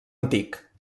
antic